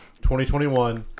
2021